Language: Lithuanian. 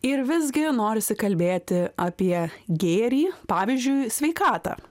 ir visgi norisi kalbėti apie gėrį pavyzdžiui sveikatą